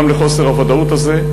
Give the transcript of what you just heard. וגם לחוסר הוודאות הזה.